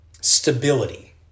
Stability